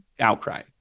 outcry